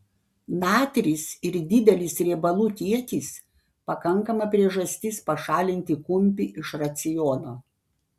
natris ir didelis riebalų kiekis pakankama priežastis pašalinti kumpį iš raciono